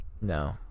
No